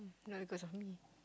not because of me